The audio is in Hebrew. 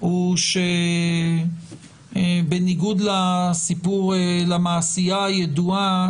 הוא שבניגוד למעשייה הידועה,